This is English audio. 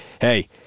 hey